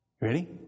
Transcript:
ready